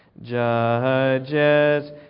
Judges